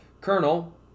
colonel